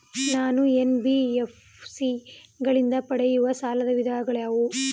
ನಾನು ಎನ್.ಬಿ.ಎಫ್.ಸಿ ಗಳಿಂದ ಪಡೆಯುವ ಸಾಲದ ವಿಧಗಳಾವುವು?